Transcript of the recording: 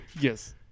Yes